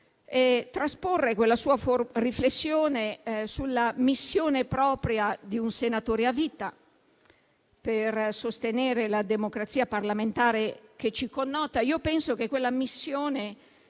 e trasporre quella sua riflessione sulla missione propria di un senatore a vita per sostenere la democrazia parlamentare che ci connota. Io penso che quella missione